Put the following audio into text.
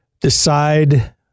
decide